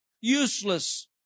useless